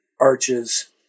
arches